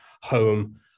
home